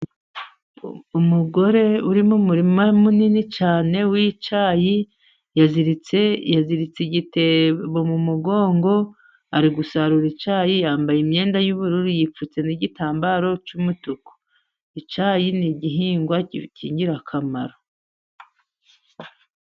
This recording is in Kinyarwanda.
Umugore uri mu murima munini cyane w'icyayi, yaziritse igitebo mu mugongo, ari gusarura icyayi, yambaye imyenda y'ubururu, yipfutse n'igitambaro cy'umutuku. Icyayi ni igihingwa cy'ingirakamaro.